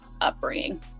upbringing